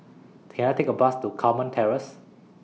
Can I Take A Bus to Carmen Terrace